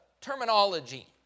terminology